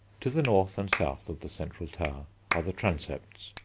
to the north and south of the central tower are the transepts.